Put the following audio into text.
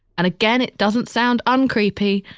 and again, it doesn't sound, uncreepy,